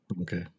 Okay